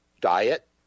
diet